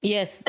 Yes